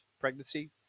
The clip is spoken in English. pregnancy